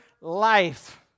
life